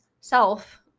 self